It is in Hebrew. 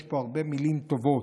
יש פה הרבה מילים טובות,